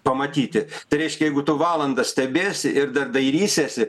pamatyti tai reiškia jeigu tu valandą stebėjosi ir dar dairysiesi